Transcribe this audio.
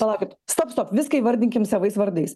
palaukit stop stop viską įvardinkim savais vardais